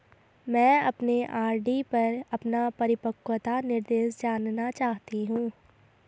मैं अपने आर.डी पर अपना परिपक्वता निर्देश जानना चाहती हूँ